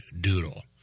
Doodle